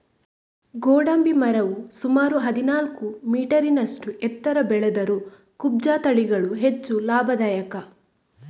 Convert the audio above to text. ಗೋಡಂಬಿ ಮರವು ಸುಮಾರು ಹದಿನಾಲ್ಕು ಮೀಟರಿನಷ್ಟು ಎತ್ತರ ಬೆಳೆದರೂ ಕುಬ್ಜ ತಳಿಗಳು ಹೆಚ್ಚು ಲಾಭದಾಯಕ